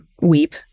weep